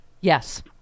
Yes